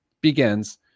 begins